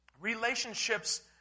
relationships